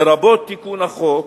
לרבות תיקון החוק,